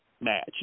match